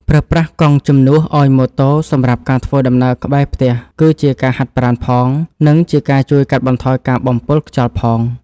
ប្រើប្រាស់កង់ជំនួសឱ្យម៉ូតូសម្រាប់ការធ្វើដំណើរក្បែរផ្ទះគឺជាការហាត់ប្រាណផង និង ជាការជួយកាត់បន្ថយការបំពុលខ្យល់ផង។